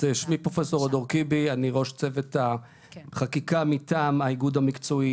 אני ראש צוות החקיקה מטעם האיגוד המקצועי